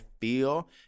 feel